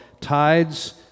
Tides